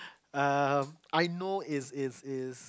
err I know is is is